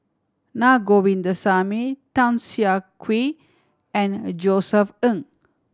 Naa Govindasamy Tan Siah Kwee and Josef Ng